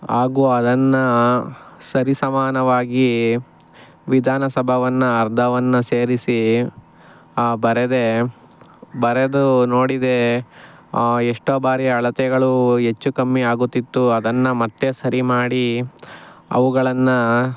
ಹಾಗೂ ಅದನ್ನು ಸರಿಸಮಾನವಾಗಿ ವಿಧಾನಸಭೆಯನ್ನ ಅರ್ಧವನ್ನು ಸೇರಿಸಿ ಬರೆದೆ ಬರೆದೂ ನೋಡಿದೆ ಎಷ್ಟೋ ಬಾರಿ ಅಳತೆಗಳು ಹೆಚ್ಚು ಕಮ್ಮಿ ಆಗುತ್ತಿತ್ತು ಅದನ್ನು ಮತ್ತೆ ಸರಿ ಮಾಡಿ ಅವುಗಳನ್ನು